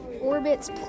Orbits